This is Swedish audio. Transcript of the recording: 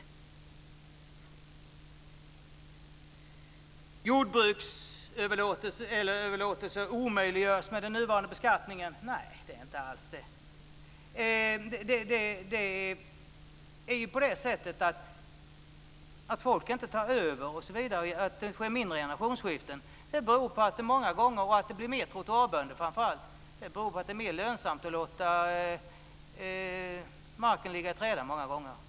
Det är inte alls så att jordbruksöverlåtelser omöjliggörs med den nuvarande beskattningen. Att det sker färre generationsskiften och att det framför allt blir fler trottoarbönder beror på att det många gånger är mer lönsamt att låta marken ligga i träda.